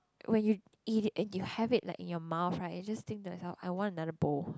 when you eat it and you have it like in your mouth right you just think to yourself I want another bowl